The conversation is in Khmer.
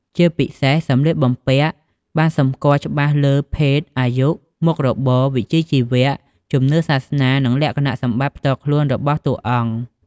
ជាពិសេសសម្លៀកបំំពាក់បានសម្គាល់ច្បាស់លើ ភេទ អាយុ មុខរបរ វិជ្ជាជីវៈ ជំនឿសាសនា និងលក្ខណៈសម្បត្តិផ្ទាល់ខ្លួនរបស់តួអង្គ ។